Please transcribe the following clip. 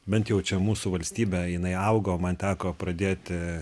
bent jau čia mūsų valstybė jinai augo man teko pradėti